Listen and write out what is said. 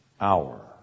hour